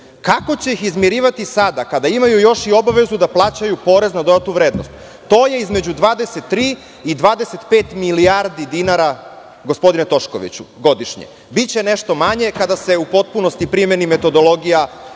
kako će ih izmirivati sada kada imaju još i obavezu da plaćaju PDV. To je između 23 i 25 milijardi dinara, gospodine Toškoviću, godišnje. Biće nešto manje kada se u potpunosti primeni metodologija